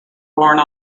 borne